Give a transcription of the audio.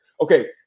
Okay